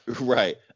Right